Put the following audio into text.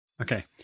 Okay